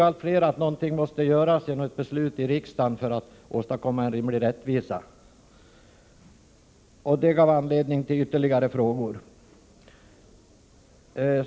Allt fler insåg att något måste göras för att åstadkomma en rimlig rättvisa, genom ett beslut i riksdagen. Det gav anledning till ytterligare frågor.